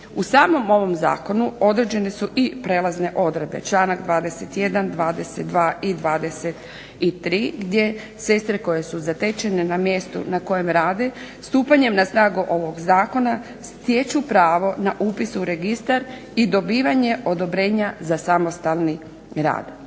U samom ovom zakonu određene su i prijelazne odredbe. Članak 21., 22. i 23. gdje sestre koje su zatečene na mjestu na kojem rade stupanje na snagu ovog Zakona stječu pravo na upis u registar i dobivanje odobrenja za samostalni rad.